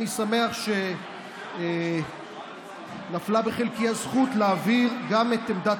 אני שמח שנפלה בחלקי הזכות להביא גם את עמדת